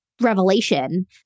revelation